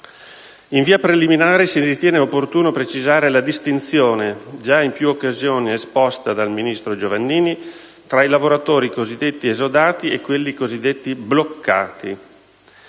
In via preliminare, si ritiene opportuno precisare la distinzione, già in più occasioni esposta dal ministro Giovannini, tra i lavoratori cosiddetti esodati e quelli cosiddetti bloccati.